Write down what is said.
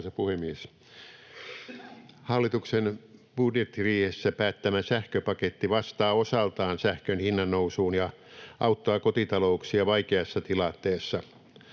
Hallituksen budjettiriihessä päättämä sähköpaketti vastaa osaltaan sähkön hinnan nousuun ja auttaa kotitalouksia vaikeassa tilanteessa.